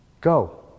Go